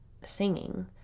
singing